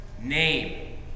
name